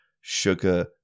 sugar